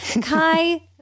Kai